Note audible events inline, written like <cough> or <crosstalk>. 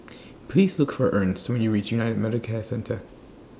<noise> Please Look For Ernst when YOU REACH United Medicare Centre